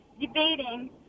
debating